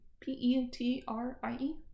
P-E-T-R-I-E